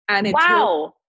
Wow